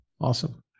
Awesome